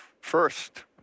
first